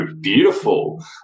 beautiful